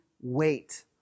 wait